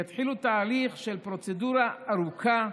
יתחילו תהליך של פרוצדורה ארוכה,